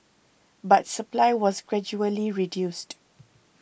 but supply was gradually reduced